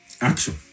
action